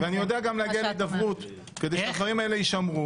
-- ואני יודע גם להגיע להידברות כדי שהדברים האלה יישמרו,